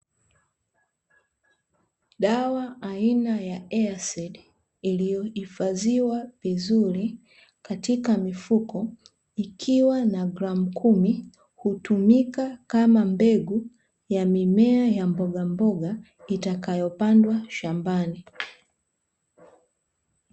Dawa aina ya "EASEED" iliyohifadhiwa vizuri katika mifuko ikiwa na gramu kumi, hutumika kama mbegu ya mimea ya mbogamboga itakayopandwa shambani.